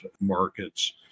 markets